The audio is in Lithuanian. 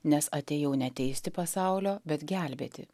nes atėjau ne teisti pasaulio bet gelbėti